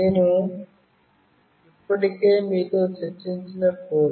నేను ఇప్పటికే మీతో చర్చించిన కోడ్